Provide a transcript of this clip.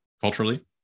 culturally